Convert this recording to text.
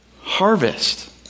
harvest